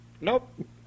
nope